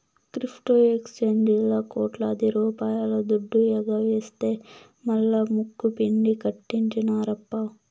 crypto ఎక్సేంజీల్లా కోట్లాది రూపాయల దుడ్డు ఎగవేస్తె మల్లా ముక్కుపిండి కట్టించినార్ప